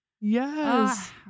Yes